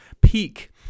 Peak